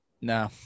No